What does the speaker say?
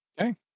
Okay